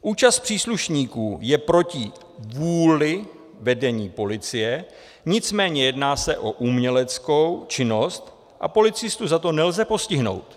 Účast příslušníků je proti vůli vedení policie, nicméně jedná se o uměleckou činnost a policistu za to nelze postihnout.